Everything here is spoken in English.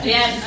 Yes